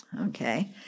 Okay